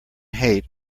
hate